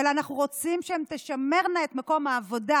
אלא אנחנו רוצים שהן תשמרנה את מקום העבודה,